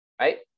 right